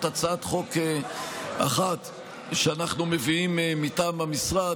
הצעת חוק אחת שאנחנו מביאים מטעם המשרד,